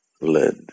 led